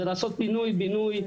זה לעשות פינוי בינוי.